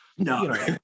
no